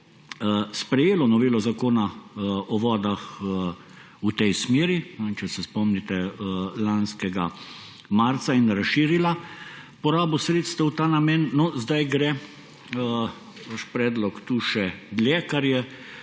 sprejelo novelo Zakon o vodah v tej smeri – ne vem, če se spomnite lanskega marca – in razširilo porabo sredstev v ta namen, sedaj gre vaš predlog tukaj še dlje, kar je